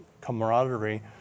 camaraderie